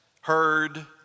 heard